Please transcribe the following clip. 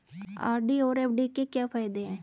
RD और FD के क्या फायदे हैं?